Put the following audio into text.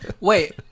wait